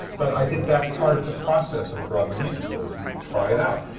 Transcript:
but i think that's part of the process of a broadway musical, is you try it out.